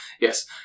yes